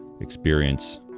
experience